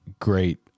great